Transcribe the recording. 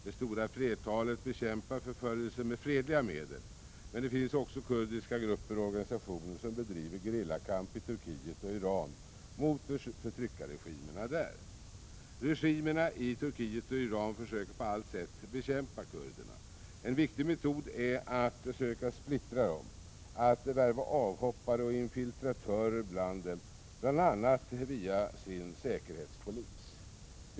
Det stora flertalet bekämpar förföljelsen med fredliga medel. Men det finns också kurdiska grupper och organisationer som bedriver gerillakamper i Turkiet och Iran mot förtryckarregimerna där. Regimerna i Turkiet och Iran försöker på alla sätt bekämpa kurderna. En viktig metod är att söka splittra kurderna, att värva avhoppare och infiltratörer bland dem, bl.a. via säkerhetspolisen.